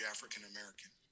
African-American